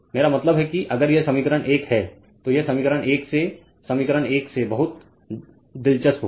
मेरा मतलब है कि अगर यह समीकरण 1 है तो यह समीकरण 1 से समीकरण 1 से बहुत दिलचस्प है